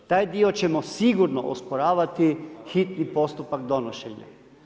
Taj dio ćemo sigurno osporavati hitni postupak donošenja.